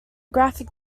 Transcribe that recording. graphic